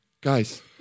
Guys